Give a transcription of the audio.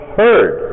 heard